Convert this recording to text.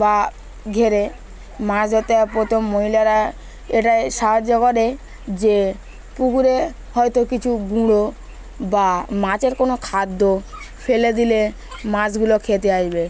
বা ঘেরে মাছ ধরতে প্রথম মহিলারা এটাই সাহায্য করে যে পুকুরে হয়তো কিছু গুঁড়ো বা মাছের কোনো খাদ্য ফেলে দিলে মাছগুলো খেতে আসবে